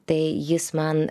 tai jis man